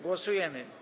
Głosujemy.